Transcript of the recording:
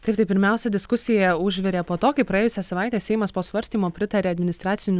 taip tai pirmiausia diskusija užvirė po to kai praėjusią savaitę seimas po svarstymo pritarė administracinių